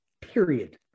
period